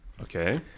Okay